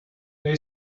they